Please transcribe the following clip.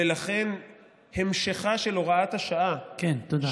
ולכן המשכה של הוראת השעה, כן, תודה.